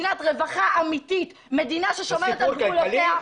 רווחה אמתית, מדינה ששומרת על גבולותיה.